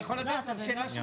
אני יכול לדעת לגבי השאלה שלי?